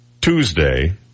Tuesday